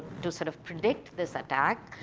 to sort of predict this attack.